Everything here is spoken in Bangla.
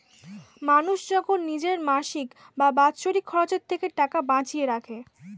মানুষ যখন নিজের মাসিক বা বাৎসরিক খরচের থেকে টাকা বাঁচিয়ে রাখে